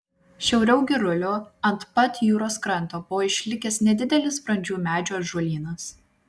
šiauriau girulių ant pat jūros kranto buvo išlikęs nedidelis brandžių medžių ąžuolynas